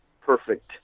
perfect